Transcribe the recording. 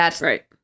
Right